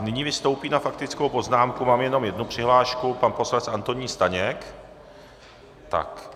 Nyní vystoupí na faktickou poznámku, mám jenom jednu přihlášku, pan poslanec Antonín Staněk.